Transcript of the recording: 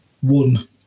one